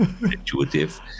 intuitive